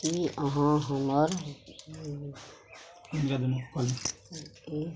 की अहाँ हमर